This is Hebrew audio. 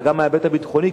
וגם ההיבט הביטחוני,